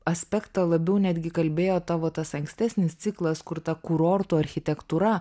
aspektą labiau netgi kalbėjo tavo tas ankstesnis ciklas kurta kurorto architektūra